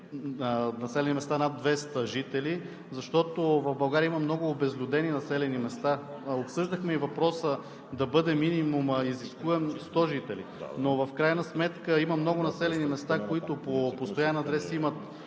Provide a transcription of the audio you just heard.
населени места над 200 жители? Защото в България има много обезлюдени населени места. Обсъждахме и въпроса изискуемият минимум да бъде 100 жители. Но в крайна сметка има много населени места, в които по постоянен адрес има